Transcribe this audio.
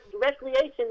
recreation